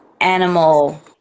animal